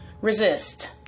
Resist